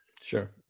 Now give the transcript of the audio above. Sure